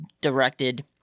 directed